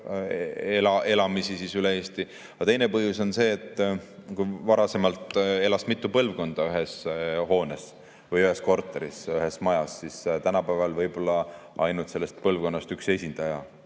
elamisi üle Eesti. Aga teine põhjus on see, et kui varasemalt elas mitu põlvkonda ühes hoones või ühes korteris, ühes majas, siis tänapäeval võib olla ainult sellest põlvkonnast üks esindaja,